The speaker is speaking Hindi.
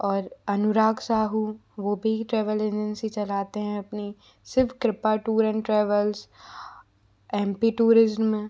और अनुराग साहू और वो भी ट्रेवेल एजेंसी चलाते है अपनी Shiv Kripa tour and travels M P tourism